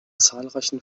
zahlreichen